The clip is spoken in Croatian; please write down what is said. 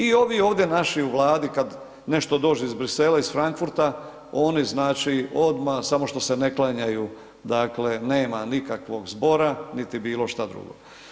I ovi ovdje naši u Vladi kad nešto dođe iz Bruxellesa, iz Frankfurta oni znači odmah samo što se ne klanjaju dakle nema nikakvog zbora niti bilo šta drugo.